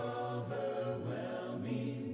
overwhelming